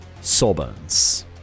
Sawbones